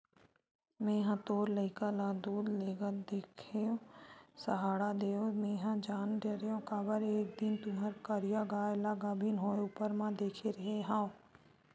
मेंहा तोर लइका ल दूद लेगत देखेव सहाड़ा देव मेंहा जान डरेव काबर एक दिन तुँहर करिया गाय ल गाभिन होय ऊपर म देखे रेहे हँव